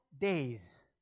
days